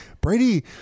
Brady